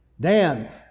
Dan